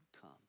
come